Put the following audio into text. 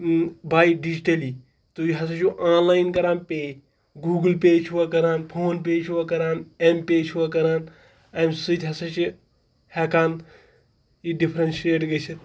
بَے digitally تُہۍ ہَسا چھِو آن ل این کَران پے گوٗگٕل پے چھُوا کَران فون پے چھُوا کَران اؠم پے چھُوا کَران اَمہِ سۭتۍ ہَسا چھِ ہٮ۪کان یہِ ڈِفرَنشیٹ گٔژھِتھ